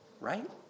Right